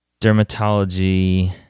Dermatology